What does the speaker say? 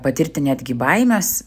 patirti netgi baimes